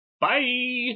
Bye